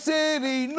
City